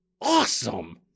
awesome